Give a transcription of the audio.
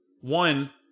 one